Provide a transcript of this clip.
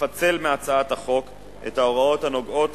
לפצל מהצעת החוק את ההוראות הנוגעות